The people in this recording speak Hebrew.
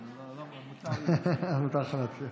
אז מותר לי להציע.